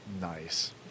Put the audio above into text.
Nice